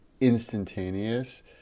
instantaneous